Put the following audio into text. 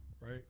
right